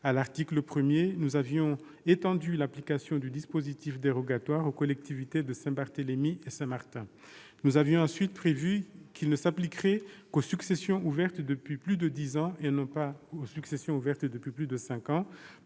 À l'article 1, nous avions étendu l'application du dispositif dérogatoire aux collectivités de Saint-Barthélemy et de Saint-Martin. Nous avions ensuite prévu que ce dispositif ne s'appliquerait qu'aux successions ouvertes depuis plus de dix ans, et non pas aux successions ouvertes depuis plus de cinq ans,